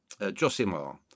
Josimar